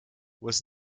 was